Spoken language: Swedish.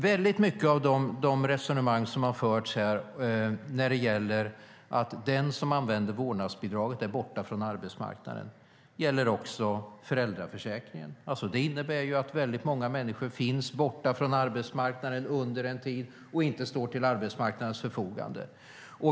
Väldigt mycket av de resonemang som har förts här när det gäller att den som använder vårdnadsbidrag är borta från arbetsmarknaden gäller också föräldraförsäkringen. Den innebär ju att många människor är borta från arbetsmarknaden under en tid och inte står till arbetsmarknadens förfogande.